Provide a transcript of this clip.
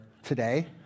today